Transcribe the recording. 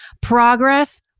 progress